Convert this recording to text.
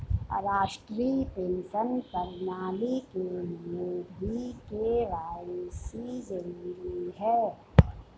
राष्ट्रीय पेंशन प्रणाली के लिए भी के.वाई.सी जरूरी है